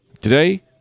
Today